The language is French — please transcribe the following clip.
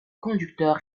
conducteur